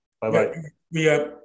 Bye-bye